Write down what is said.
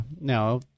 Now